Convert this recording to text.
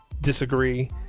disagree